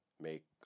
make